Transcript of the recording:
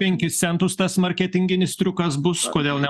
penkis centus tas marketinginis triukas bus kodėl ne